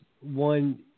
one